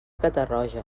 catarroja